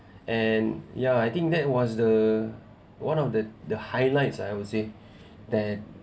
and ya I think that was the one of the the highlights I would say that